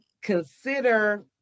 consider